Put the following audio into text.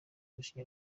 kurusha